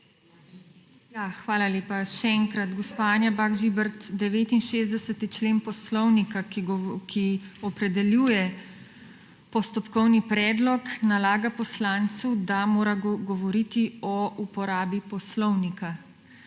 Hvala lepa. Še enkrat. Gospa Anja Bah Žibert, 69. člen Poslovnika, ki opredeljuje postopkovni predlog, nalaga poslancu, da mora govoriti o uporabi poslovnika.